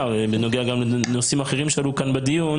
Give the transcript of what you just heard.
בנוגע גם לנושאים אחרים שעלו כאן בדיון,